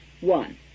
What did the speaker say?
One